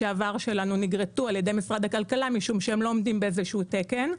על ידי משרד הכלכלה משום שהם לא עומדים באיזשהו תקן.